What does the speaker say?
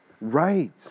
Right